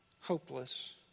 hopeless